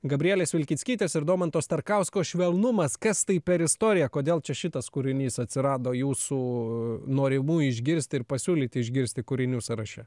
gabrielės vilkickytės ir domanto starkausko švelnumas kas tai per istorija kodėl čia šitas kūrinys atsirado jūsų norimų išgirsti ir pasiūlyti išgirsti kūrinių sąraše